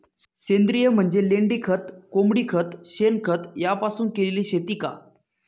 सेंद्रिय म्हणजे लेंडीखत, कोंबडीखत, शेणखत यापासून केलेली शेती का?